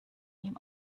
ihm